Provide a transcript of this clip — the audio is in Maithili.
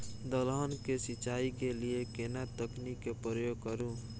दलहन के सिंचाई के लिए केना तकनीक के प्रयोग करू?